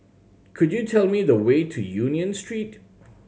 could you tell me the way to Union Street